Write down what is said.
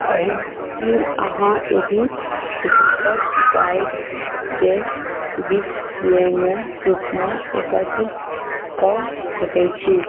की अहाँ एहि गीतक गायके विषयमे सूचना एकत्र कऽ सकै छी